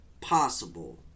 possible